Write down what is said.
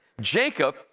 Jacob